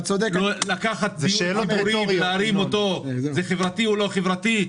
אתה צודק --- לקחת דיור ציבורי ולהרים אותו זה חברתי או לא חברתי?